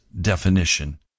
definition